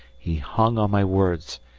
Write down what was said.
he hung on my words,